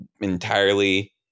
entirely